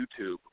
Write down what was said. YouTube